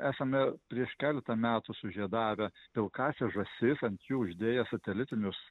esame prieš keletą metų sužiedavę pilkąsias žąsis ant jų uždėję satelitinius